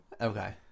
Okay